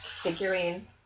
figurine